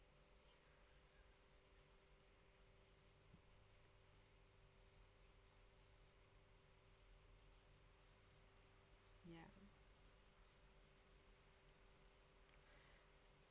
ya